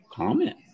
comment